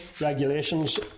regulations